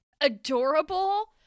adorable